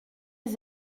les